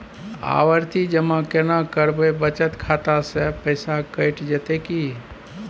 आवर्ति जमा केना करबे बचत खाता से पैसा कैट जेतै की?